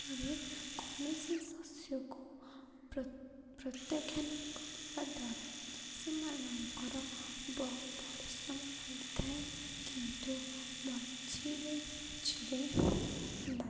କୌଣସି ଶସ୍ୟକୁ ପ୍ରତ୍ୟକ୍ଷାନ କରିବା ଦ୍ୱାରା ସେମାନଙ୍କର ବହୁ ପରିଶ୍ରମ ଲାଗିଥାଏ କିନ୍ତୁ ମଝିରେ ମଝିରେ